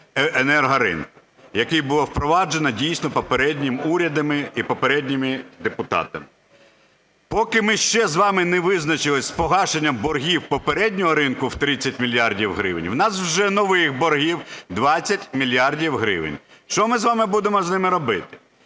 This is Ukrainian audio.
енергоринку, який було впроваджено дійсно попередніми урядами і попередніми депутатами. Поки ми ще з вами не визначились з погашенням боргів попереднього ринку в 30 мільярдів гривень, у нас вже нових 20 мільярдів гривень. Що ми з вами буде з ними робити?